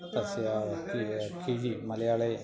तस्य के किजि मलयाळे